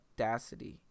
audacity